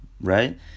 right